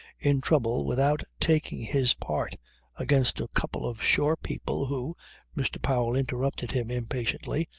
in trouble without taking his part against a couple of shore people who mr. powell interrupted him impatiently,